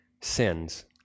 sins